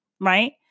right